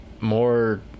more